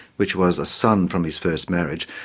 which was a son from his first marriage,